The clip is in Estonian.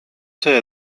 see